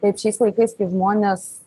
bet šiais laikais kai žmonės